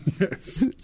Yes